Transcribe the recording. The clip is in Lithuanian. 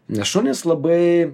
nes šunys labai